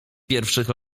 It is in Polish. pierwszych